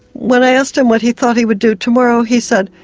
when i asked him what he thought he would do tomorrow he said,